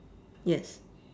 yes